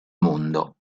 mondo